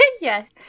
Yes